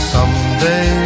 Someday